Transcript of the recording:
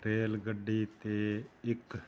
rail ਗੱਡੀ 'ਤੇ ਇੱਕ